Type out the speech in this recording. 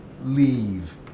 leave